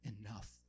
enough